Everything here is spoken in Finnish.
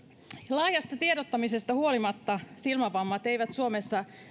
laajasta tiedottamisesta huolimatta silmävammat eivät suomessa